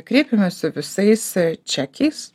kreipiamės su visais čekiais